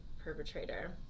perpetrator